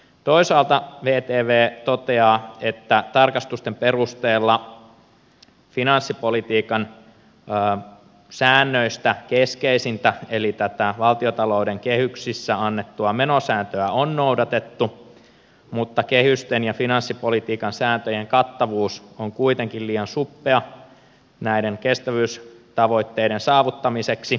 toisaalta vtv toteaa että tarkastusten perusteella finanssipolitiikan säännöistä keskeisintä eli tätä valtiontalouden kehyksissä annettua menosääntöä on noudatettu mutta kehysten ja finanssipolitiikan sääntöjen kattavuus on kuitenkin liian suppea näiden kestävyystavoitteiden saavuttamiseksi